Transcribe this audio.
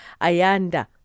Ayanda